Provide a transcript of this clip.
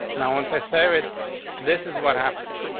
no one's. i say with this is what happens.